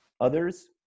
others